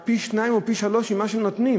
שלהן פי-שניים או פי-שלושה ממה שהם נותנים?